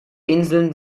inseln